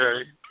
Okay